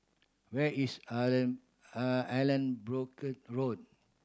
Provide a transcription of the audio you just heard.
where is Allanbrooke Road